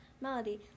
Melody